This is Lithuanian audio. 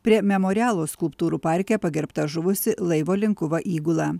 prie memorialo skulptūrų parke pagerbta žuvusi laivo linkuva įgula